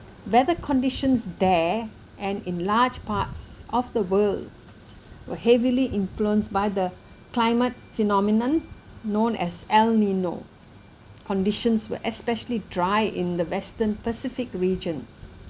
weather conditions there and in large parts of the world were heavily influenced by the climate phenomenon known as el nino conditions were especially dry in the western pacific region